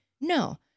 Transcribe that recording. No